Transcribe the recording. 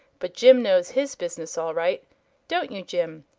but jim knows his business all right don't you, jim?